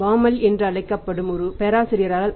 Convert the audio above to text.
பாமால்